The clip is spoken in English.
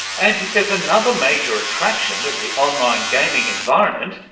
and he says another major attraction of the online gaming environment,